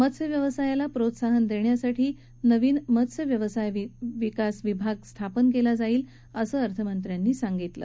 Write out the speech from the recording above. मत्स्य व्यवसायाला प्रोत्साहन देण्यासाठी नवीन मत्स्य व्यवसाय विकास विभाग स्थापन केला जाईल अशी घोषणा अर्थमंत्र्यांनी केली